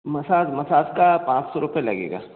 massage massage का पाँच सौ रुपए लगेगा